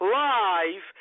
live